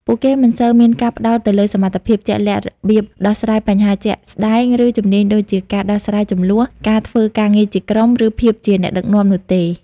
ពួកគេមិនសូវមានការផ្ដោតទៅលើសមត្ថភាពជាក់លាក់ របៀបដោះស្រាយបញ្ហាជាក់ស្ដែង ឬជំនាញដូចជាការដោះស្រាយជម្លោះ ការធ្វើការងារជាក្រុម ឬភាពជាអ្នកដឹកនាំនោះទេ។